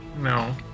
No